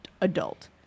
adult